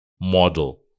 model